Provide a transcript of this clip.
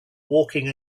walking